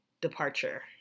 departure